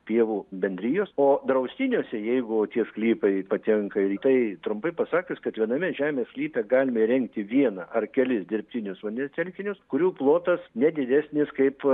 pievų bendrijos o draustiniuose jeigu tie sklypai patenkair į tai trumpai pasakius kad viename žemės sklype galime įrengti vieną ar kelis dirbtinius vandens telkinius kurių plotas ne didesnis kaip